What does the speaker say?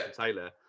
Taylor